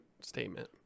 statement